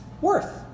worth